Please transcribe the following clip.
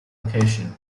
location